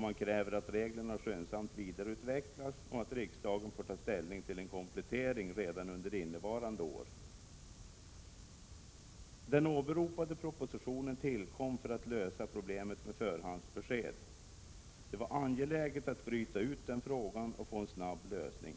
Man kräver att reglerna skyndsamt vidareutvecklas och att riksdagen får ta ställning till en komplettering redan under innevarande år. Den åberopade propositionen tillkom för att lösa problemet med förhandsbesked. Det var angeläget att bryta ut den frågan och få en snabb lösning.